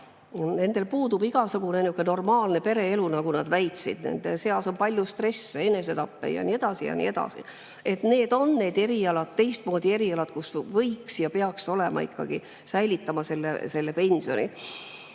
Nendel puudub igasugune normaalne pereelu, nagu nad väitsid. Nende seas on palju stressi, enesetappe ja nii edasi ja nii edasi. Need on need erialad, teistmoodi erialad, kus võiks ja peaks ikkagi säilitama selle pensioni.